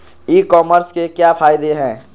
ई commerce के क्या फायदे हैं?